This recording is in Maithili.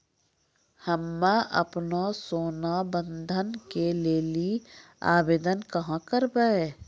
हम्मे आपनौ सोना बंधन के लेली आवेदन कहाँ करवै?